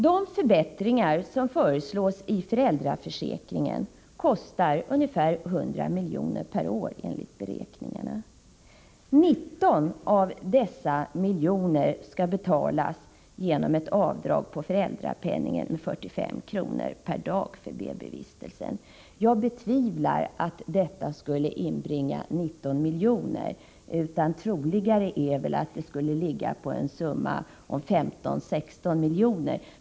De förbättringar som föreslås i föräldraförsäkringen kostar ungefär 100 milj.kr. per år enligt beräkningarna. 19 av dessa miljoner skall betalas genom avdrag på föräldrapenningen med 45 kr. per dag för BB-vistelsen. Jag betvivlar att detta skulle inbringa 19 miljoner, utan troligare är väl att det skulle röra sig om en summa av 15 å 16 miljoner.